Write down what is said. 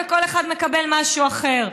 וכל אחד מקבל משהו אחר.